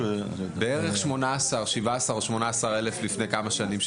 בערך 17,000-18,000, כשבדקתי לפני כמה שנים.